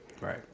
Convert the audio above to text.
Right